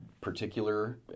particular